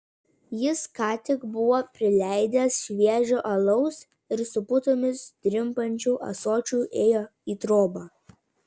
jis ką tik buvo prileidęs šviežio alaus ir su putomis drimbančiu ąsočiu ėjo į trobą